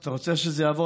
הוא רוצה.